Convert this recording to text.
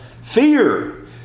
Fear